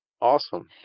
awesome